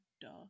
duh